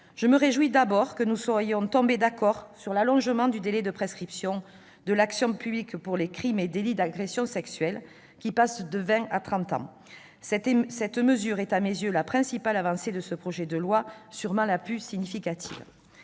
Je me réjouis d'abord que nous soyons tombés d'accord sur l'allongement du délai de prescription de l'action publique pour les crimes et délits d'agressions sexuelles qui passe de vingt à trente ans. Cette mesure est, à mes yeux, la principale avancée de ce projet de loi, sûrement la plus significative.